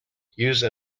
use